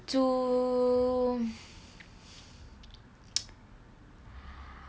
to